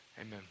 Amen